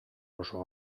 oso